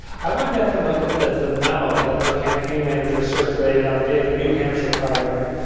i went back and looked at the the memo that her campaign manager circulated on the day of the new hampshire primary,